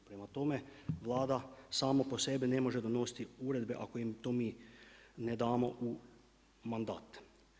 Prema tome, Vlada sama po sebi ne može donositi uredbe ako im to mi ne damo u mandat.